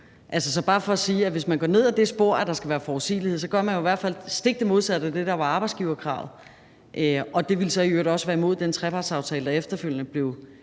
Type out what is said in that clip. bare for at sige, at hvis man går ned ad det spor, at der skal være forudsigelighed, så gør man i hvert fald det stik modsatte af, hvad der var arbejdsgiverkravet. Og det ville så i øvrigt også være imod den trepartsaftale, der efterfølgende blev